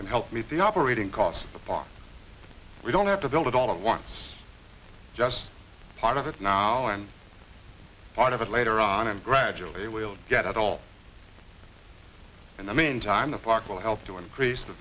can help meet the operating costs of the park we don't have to build it all at once just part of it now and part of it later on and gradually we'll get it all in the meantime the park will help to increase the